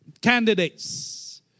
candidates